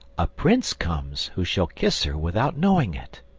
a prince comes who shall kiss her without knowing it.